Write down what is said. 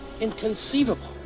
Inconceivable